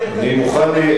אני חושב להעביר את זה,